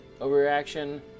overreaction